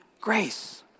grace